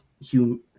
human